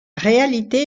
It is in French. réalité